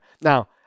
Now